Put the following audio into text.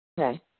Okay